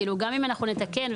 גם אם אנחנו נתקן,